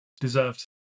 deserved